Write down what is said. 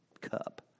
cup